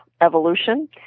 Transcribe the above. evolution